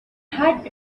had